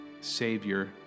Savior